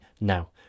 now